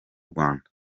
rwanda